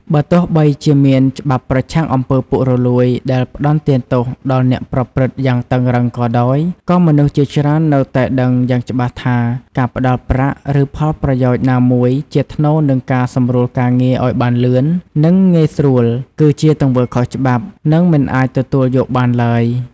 បើទោះបីជាមានច្បាប់ប្រឆាំងអំពើពុករលួយដែលផ្ដន្ទាទោសដល់អ្នកប្រព្រឹត្តយ៉ាងតឹងរ៉ឹងក៏ដោយ ក៏មនុស្សជាច្រើននៅតែដឹងយ៉ាងច្បាស់ថា ការផ្ដល់ប្រាក់ ឬផលប្រយោជន៍ណាមួយជាថ្នូរនឹងការសម្រួលការងារឲ្យបានលឿន និងងាយស្រួល គឺជាទង្វើខុសច្បាប់ និងមិនអាចទទួលយកបានឡើយ។